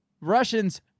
Russians